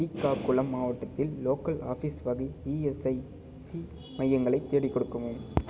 ஸ்ரீகாகுளம் மாவட்டத்தில் local office வகை ESIC மையங்களைத் தேடிக் கொடுக்கவும்